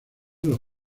los